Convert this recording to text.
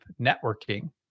networking